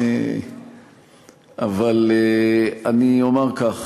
אני אומר כך,